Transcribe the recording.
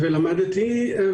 למדתי הרבה.